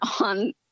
on